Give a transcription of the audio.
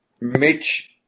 Mitch